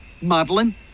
Madeline